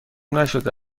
نشده